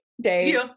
day